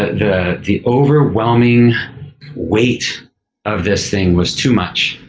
the the overwhelming weight of this thing was too much,